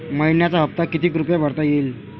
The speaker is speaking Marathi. मइन्याचा हप्ता कितीक रुपये भरता येईल?